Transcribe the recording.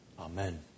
Amen